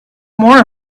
more